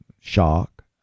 shock